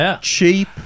cheap